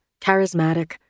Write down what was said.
charismatic